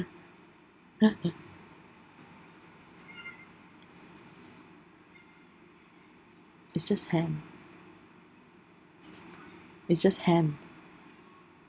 it's just ham it's just ham